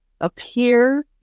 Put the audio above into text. appear